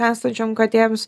esančiom katėms